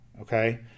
Okay